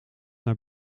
naar